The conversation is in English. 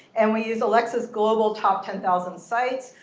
and we used alexa's global top ten thousand sites.